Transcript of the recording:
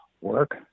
work